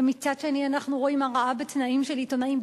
ומצד שני אנחנו רואים הרעה בתנאים של עיתונאים,